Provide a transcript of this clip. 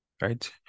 right